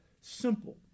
simple